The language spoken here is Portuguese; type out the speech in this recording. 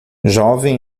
jovem